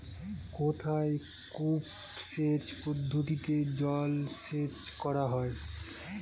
কোথায় কূপ সেচ পদ্ধতিতে জলসেচ করা হয়?